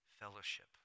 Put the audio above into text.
fellowship